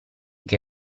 che